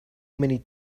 many